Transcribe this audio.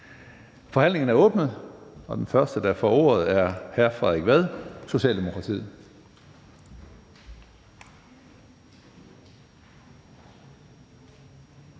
Forhandlingen er åbnet. Den første, der får ordet, er hr. Frederik Vad, Socialdemokratiet.